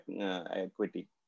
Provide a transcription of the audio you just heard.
equity